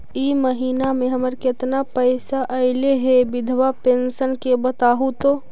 इ महिना मे हमर केतना पैसा ऐले हे बिधबा पेंसन के बताहु तो?